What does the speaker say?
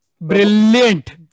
Brilliant